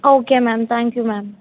okay ma'am thank you ma